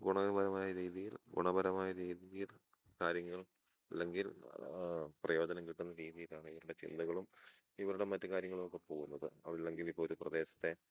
ഗുണയപരമായ രീതിയിൽ ഗുണപരമായ രീതിയിൽ കാര്യങ്ങൾ അല്ലെങ്കിൽ പ്രയോജനം കിട്ടുന്ന രീതിയിലാണ് ഇവരുടെ ചിന്തകളും ഇവരുടെ മറ്റു കാര്യങ്ങളൊക്കെ പോകുന്നത് അല്ലെങ്കിൽ ഇപ്പം ഒരു പ്രദേശത്തെ